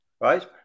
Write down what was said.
right